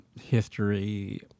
history